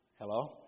Hello